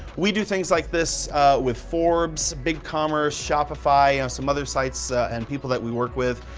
we do things like this with forbes, bigcommerce, shopify, and some other sites and people that we work with.